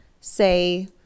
say